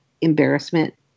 embarrassment